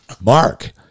Mark